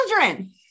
children